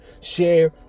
share